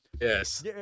Yes